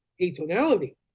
atonality